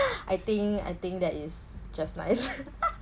I think I think that is just nice